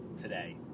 today